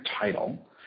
title